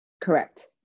Correct